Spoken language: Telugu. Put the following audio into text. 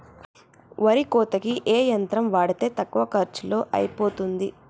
వరి కోతకి ఏ యంత్రం వాడితే తక్కువ ఖర్చులో అయిపోతుంది?